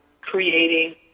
creating